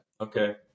Okay